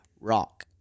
rock